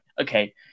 okay